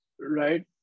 Right